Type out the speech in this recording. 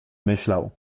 myślał